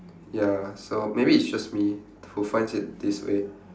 ya so maybe it's just me who finds it this way